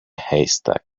haystack